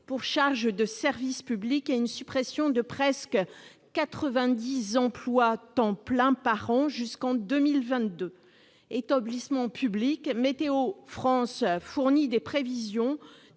pour charges de service public et une suppression de près de 90 équivalents temps plein travaillé par an jusqu'en 2022. Établissement public, Météo France fournit des prévisions,